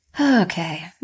okay